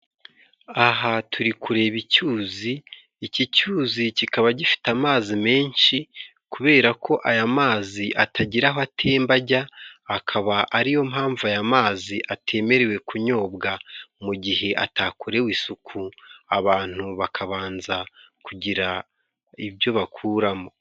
Aha turi kureba icyuzi, iki cyuzi kikaba gifite amazi menshi kubera ko aya mazi atagira aho atemba ajya, akaba ari yo mpamvu aya mazi atemerewe kunyobwa mu gihe atakorewe isuku, abantu bakabanza kugira ibyo bakuramo.